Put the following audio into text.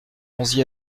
onze